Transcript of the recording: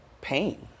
pain